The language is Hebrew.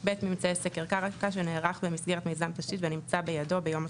ממצאי סקר קרקע שנערך במסגרת מיזם תשתית והנמצא בידו ביום התחילה.